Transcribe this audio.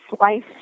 life